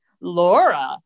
Laura